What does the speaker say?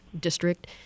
district